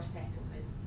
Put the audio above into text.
settlement